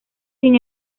sin